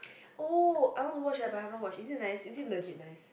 oh I want to watch eh but I haven't watch is it nice is it legit nice